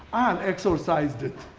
i exorcised it.